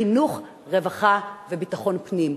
חינוך, רווחה וביטחון פנים.